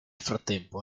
frattempo